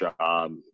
job